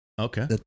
Okay